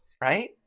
Right